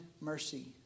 mercy